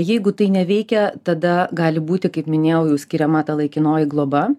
jeigu tai neveikia tada gali būti kaip minėjau jau skiriama ta laikinoji globa